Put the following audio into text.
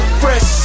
fresh